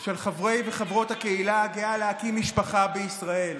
של חברי וחברות הקהילה הגאה להקים משפחה בישראל.